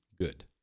good